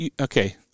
okay